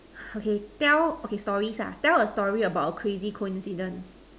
okay tell okay stories ah tell a story about a crazy coincidence